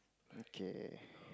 okay